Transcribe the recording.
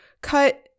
cut